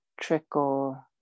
Trickle